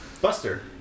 Buster